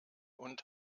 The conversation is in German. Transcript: und